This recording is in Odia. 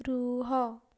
ରୁହ